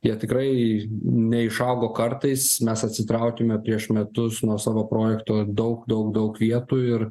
jie tikrai neišaugo kartais mes atsitraukiamė prieš metus nuo savo projekto daug daug daug vietų ir